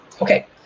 okay